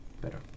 better